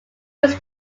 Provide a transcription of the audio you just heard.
was